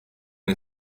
nie